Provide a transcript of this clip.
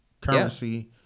currency